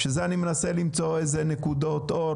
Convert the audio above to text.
לכן אני מנסה למצוא נקודות אור,